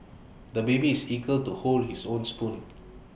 the baby is eager to hold his own spoon